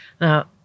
now